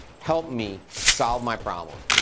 help me solve my problem.